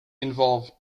involve